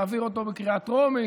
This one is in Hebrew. להעביר אותו בקריאה טרומית,